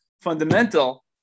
fundamental